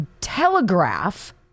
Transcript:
telegraph